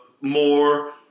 more